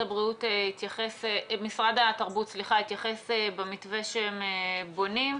משרד התרבות התייחס במתווה שהם בונים,